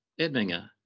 Edminger